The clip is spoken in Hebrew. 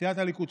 סיעת הליכוד,